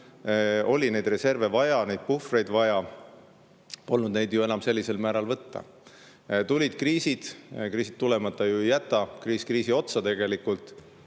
oli reserve vaja, puhvreid vaja, polnud neid ju enam sellisel määral võtta. Tulid kriisid – kriisid tulemata ju ei jää –, kriis kriisi otsa tegelikult,